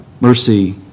mercy